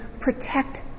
protect